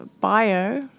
bio